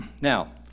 Now